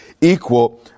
equal